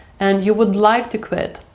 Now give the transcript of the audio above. and you would like to quit,